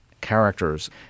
characters